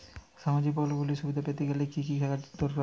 সামাজীক প্রকল্পগুলি সুবিধা পেতে গেলে কি কি কাগজ দরকার?